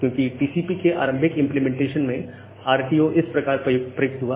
क्योंकि टीसीपी के आरंभिक इंप्लीमेंटेशन इसमें RTO इस प्रकार प्रयुक्त हुआ